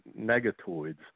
negatoids